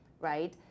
right